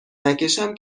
نکشم